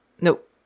Nope